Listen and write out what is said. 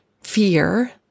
fear